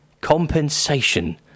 compensation